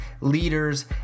leaders